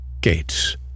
gates